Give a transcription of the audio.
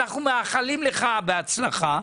אנחנו מאחלים לך הצלחה,